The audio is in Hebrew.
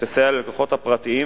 שתסייע ללקוחות הפרטיים